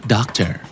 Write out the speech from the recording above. Doctor